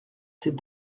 ces